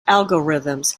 algorithms